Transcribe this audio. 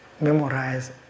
Memorize